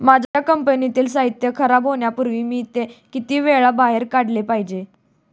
माझ्या कंपनीतील साहित्य खराब होण्यापूर्वी मी ते किती वेळा बाहेर काढले पाहिजे?